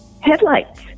headlights